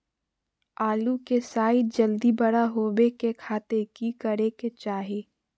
आलू के साइज जल्दी बड़ा होबे के खातिर की करे के चाही?